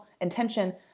intention